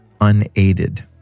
unaided